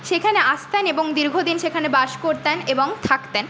সেখানে আসতেন এবং দীর্ঘদিন সেখানে বাস করতেন এবং থাকতেন